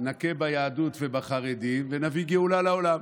נכה ביהדות ובחרדים ונביא גאולה לעולם.